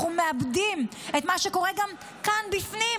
אנחנו גם מאבדים את מה שקורה כאן בפנים,